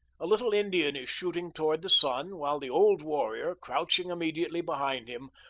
a little indian is shooting toward the sun, while the old warrior, crouching immediately behind him,